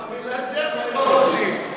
בגלל זה אתם לא רוצים,